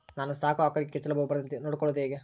ನಾನು ಸಾಕೋ ಆಕಳಿಗೆ ಕೆಚ್ಚಲುಬಾವು ಬರದಂತೆ ನೊಡ್ಕೊಳೋದು ಹೇಗೆ?